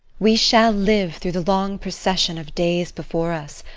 we shall live through the long procession of days before us,